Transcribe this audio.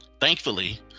Thankfully